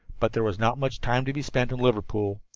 but there was not much time to be spent liverpool.